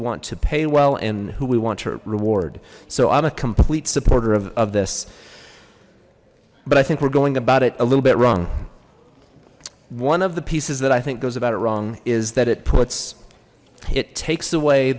want to pay well and who we want to reward so i'm a complete supporter of this but i think we're going about it a little bit wrong one of the pieces that i think goes about it wrong is that it puts it takes away